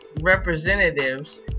representatives